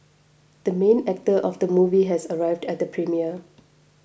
the main actor of the movie has arrived at the premiere